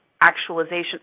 actualization